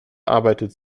arbeitet